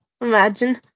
Imagine